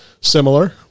similar